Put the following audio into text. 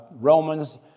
Romans